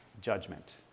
judgment